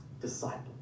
Disciple